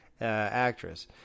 actress